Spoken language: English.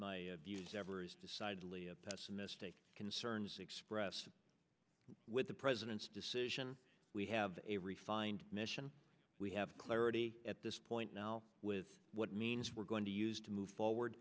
views ever is decidedly a pessimistic concerns expressed with the president's decision we have a refined mission we have clarity at this point now with what means we're going to use to move forward